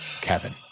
Kevin